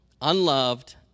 Unloved